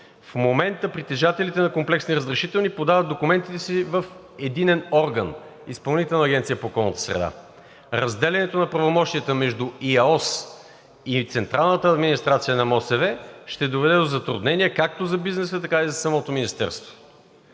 В момента притежателите на комплексни разрешителни подават документите си в единен орган – Изпълнителната агенция по околна среда. Разделянето на правомощията между ИАОС и централната администрация на Министерството на околната среда и водите ще доведе до затруднения както за бизнеса, така и за самото министерство.